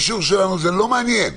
זה לא מעניין.